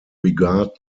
regard